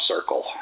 circle